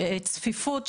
שצפיפות של,